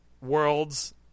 Worlds